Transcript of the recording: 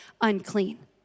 unclean